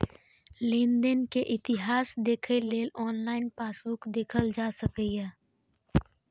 लेनदेन के इतिहास देखै लेल ऑनलाइन पासबुक देखल जा सकैए